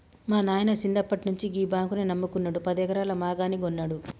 మా నాయిన సిన్నప్పట్నుండి గీ బాంకునే నమ్ముకున్నడు, పదెకరాల మాగాని గొన్నడు